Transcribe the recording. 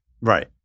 Right